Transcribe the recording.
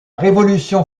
révolution